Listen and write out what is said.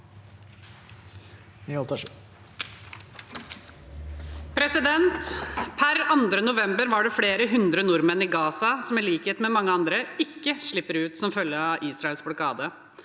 «Per 2. november var det flere hundre nordmenn i Gaza som i likhet med mange andre ikke slipper ut som følge av Israels blokade.